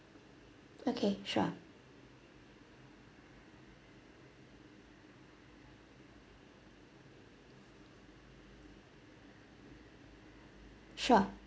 okay sure sure